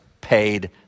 paid